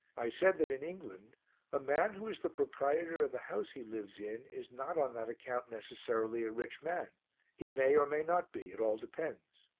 i said that in england a man who is the proprietor of the house he lives in is not on that account necessarily a rich man he may or may not be, it all depends.